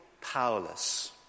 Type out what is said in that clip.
powerless